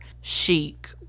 chic